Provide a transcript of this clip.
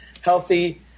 healthy